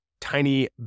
tiny